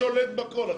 האוצר שולט בכל.